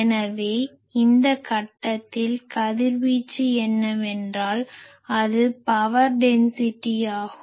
எனவே இந்த கட்டத்தில் கதிர்வீச்சு என்னவென்றால் அது பவர் டென்சிட்டி ஆகும்